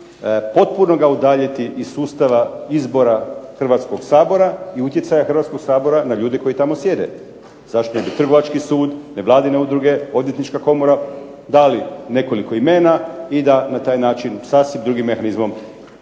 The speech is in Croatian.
potpuno ga udaljiti iz sustava izbora Hrvatskog sabora i utjecaja Hrvatskog sabora na ljude koji tamo sjede. Zašto? Jer bi Trgovački sud, nevladine udruge, Odvjetnička komora dali nekoliko imena i da na taj način sasvim drugim mehanizmom